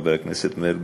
חבר הכנסת מרגי,